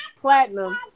platinum